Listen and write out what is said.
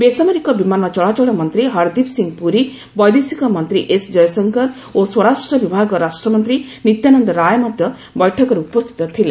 ବେସାମରିକ ବିମାନ ଚଳାଚଳ ମନ୍ତ୍ରୀ ହରଦୀପ ସିଂହ ପୁରୀ ବୈଦେଶିକ ମନ୍ତ୍ରୀ ଏସ୍ ଜୟଶଙ୍କର ଓ ସ୍ୱରାଷ୍ଟ୍ର ବିଭାଗ ରାଷ୍ଟ୍ରମନ୍ତ୍ରୀ ନିତ୍ୟାନନ୍ଦ ରାୟ ମଧ୍ୟ ବୈଠକରେ ଉପସ୍ଥିତ ଥିଲେ